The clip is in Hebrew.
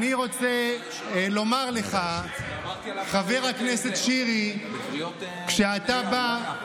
אני רוצה לומר לך, חבר הכנסת שירי, כשאתה בא,